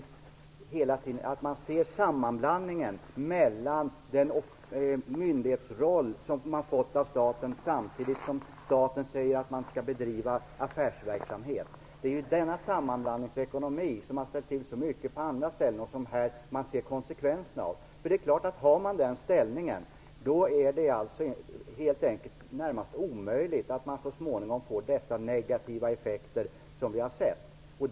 Staten har givit Apoteksbolaget en myndighetsroll och samtidigt sagt att man skall bedriva affärsverksamhet. Det är denna sammanblandningsekonomi, som har ställt till så mycket också på andra ställen, som vi här ser konsekvenserna av. Har man den ställningen är det närmast ofrånkomligt att man så småningom får dessa negativa effekter som vi har sett.